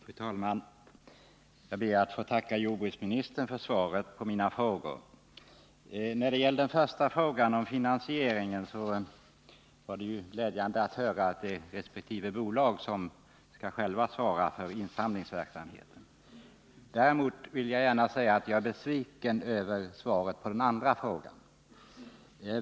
Fru talman! Jag ber att få tacka jordbruksministern för svaret på mina frågor. När det gäller den första frågan, om finansieringen, var det glädjande att höra att det är resp. bolag som själva skall svara för insamlingsverksamheten. Däremot är jag besviken över svaret på den andra frågan.